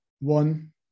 One